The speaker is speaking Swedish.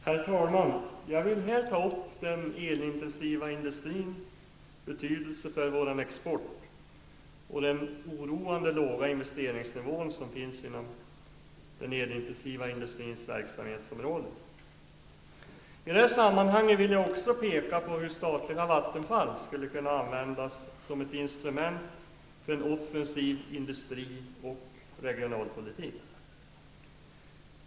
Herr talman! Jag vill här ta upp den elintensiva industrins betydelse för vår export och den oroande låga investeringsnivån inom dess verksamhetsområde. I det sammanhanget vill jag också peka på hur statliga Vattenfall skulle kunna användas som ett instrument för en offensiv industri och regionalpolitik.